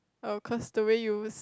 oh cause the way you s~